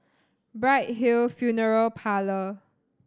Bright Hill Funeral Parlour